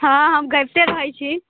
हँ हम गबिते रहैत छी